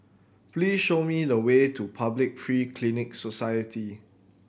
please show me the way to Public Free Clinic Society